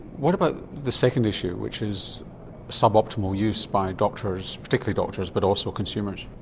what about the second issue which is sub-optimal use by doctors, particularly doctors, but also consumers?